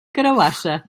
carabassa